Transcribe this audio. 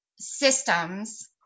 systems